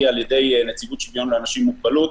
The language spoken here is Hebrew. היא על ידי נציבות שוויון לאנשים עם מוגבלות.